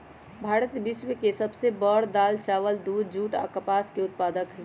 भारत विश्व के सब से बड़ दाल, चावल, दूध, जुट आ कपास के उत्पादक हई